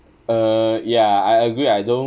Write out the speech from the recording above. uh ya I agree I don't